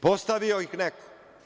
Postavio ih neko.